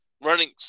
running